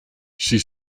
she